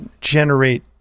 generate